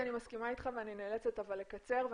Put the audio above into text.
אני מסכימה אתך ונאלצת לקצר.